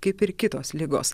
kaip ir kitos ligos